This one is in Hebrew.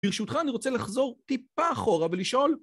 ברשותך, אני רוצה לחזור טיפה אחורה ולשאול...